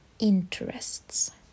interests